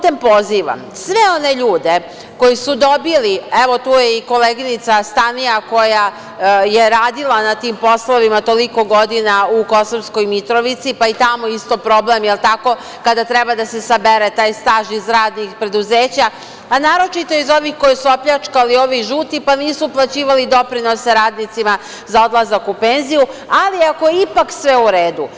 Tu je i koleginica Stanija koja je radila na tim poslovima toliko godina u Kosovskoj Mitrovici, pa je i tamo isto problem, je li tako, kada treba da se sabere taj staž iz raznih preduzeća, a naročito iz ovih koje su opljačkali ovi žuti, pa nisu uplaćivali doprinose radnicima za odlazak u penziju, ali ako je ipak sve u redu.